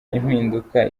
impinduka